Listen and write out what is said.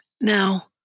Now